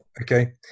Okay